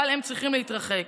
אבל הם צריכים להתרחק.